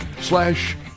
Slash